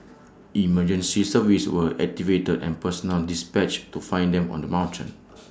emergency services were activated and personnel dispatched to find them on the mountain